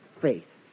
faith